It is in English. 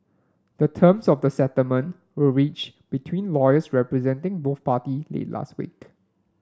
the terms of the settlement were reached between lawyers representing both party late last week